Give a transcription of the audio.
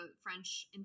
French